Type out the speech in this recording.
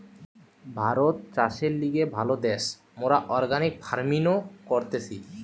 ভারত চাষের লিগে ভালো দ্যাশ, মোরা অর্গানিক ফার্মিনো করতেছি